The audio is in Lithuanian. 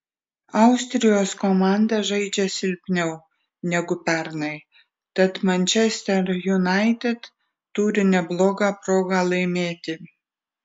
austrijos komanda žaidžia silpniau negu pernai tad manchester united turi neblogą progą laimėti